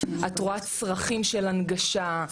את רואה צרכים של הנגשה,